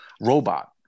robot